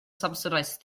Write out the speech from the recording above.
subsidised